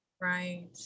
Right